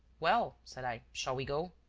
well, said i, shall we go?